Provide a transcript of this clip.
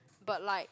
but like